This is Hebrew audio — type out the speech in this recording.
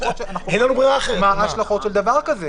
אנחנו לא יודעים מה ההשלכות של דבר כזה,